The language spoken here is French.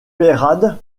peyrade